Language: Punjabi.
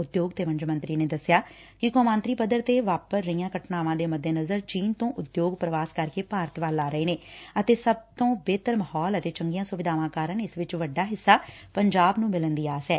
ਉਦਯੋਗ ਅਤੇ ਵਣਜ ਮੰਤਰੀ ਨੇ ਦਸਿਆ ਕਿ ਕੌਮਾਂਤਰੀ ਪੱਧਰ ਤੇ ਵਾਪਰ ਰਹੀਆਂ ਘਟਨਾਵਾਂ ਦੇ ਮੱਦੇਨਜ਼ਰ ਚੀਨ ਤੋ ਉਦਯੋਗ ਪ੍ਵਾਸ ਕਰਕੇ ਭਾਰਤ ਵੱਲ ਆ ਰਹੇ ਨੇ ਅਤੇ ਸਭ ਤੋਂ ਬਿਹਤਰ ਮਾਹੌਲ ਅਤੇ ਚੰਗੀਆਂ ਸੁਵਿਧਾਵਾਂ ਕਾਰਨ ਇਸ ਵਿਚ ਵੱਡਾ ਹਿੱਸਾ ਪੰਜਾਬ ਨੂੰ ਮਿਲਣ ਦੀ ਆਸ ਐ